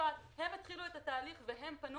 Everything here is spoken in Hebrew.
התחילו את התהליך והם פנו